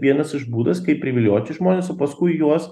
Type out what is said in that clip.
vienas iš būdas kaip privilioti žmones o paskui juos